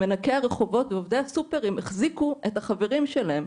מנקי הרחובות ועובדי הסופרים החזיקו את החברים שלהם,